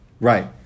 Right